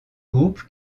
groupe